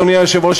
אדוני היושב-ראש,